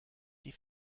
die